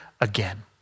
again